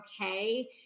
okay